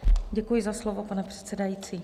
Děkuji za slovo, pane předsedající.